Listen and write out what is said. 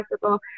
possible